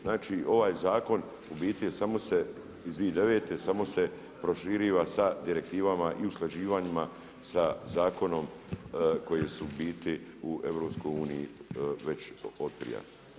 Znači ovaj zakon u biti samo se, iz 2009. samo se proširiva sa direktivama i usklađivanjima sa zakonom koji su u biti u EU već otprije.